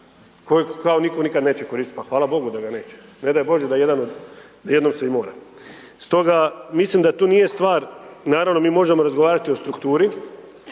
koji kao nitko nikad neće koristiti. Pa hvala Bogu da ga neće, ne daj Bože da jednom se i mora. Stoga mislim da tu nije stvar, naravno mi možemo razgovarati o strukturi